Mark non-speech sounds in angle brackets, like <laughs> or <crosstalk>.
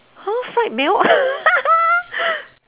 oh fried milk <laughs>